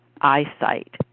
eyesight